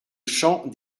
champ